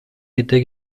yedide